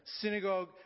synagogue